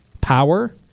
Power